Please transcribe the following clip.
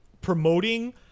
promoting